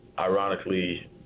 ironically